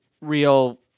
real